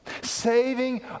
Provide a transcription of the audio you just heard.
Saving